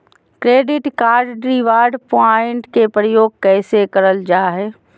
Credit card reward point के प्रयोग कैसे करल जा है?